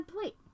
plate